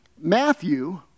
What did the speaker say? Matthew